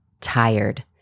tired